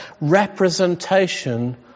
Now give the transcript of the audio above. representation